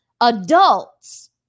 adults